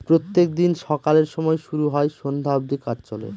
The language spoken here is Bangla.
প্রত্যেক দিন সকালের সময় শুরু হয় সন্ধ্যা অব্দি কাজ চলে